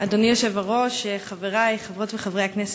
אדוני היושב-ראש, חברי חברות וחברי הכנסת,